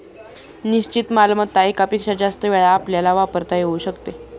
निश्चित मालमत्ता एकापेक्षा जास्त वेळा आपल्याला वापरता येऊ शकते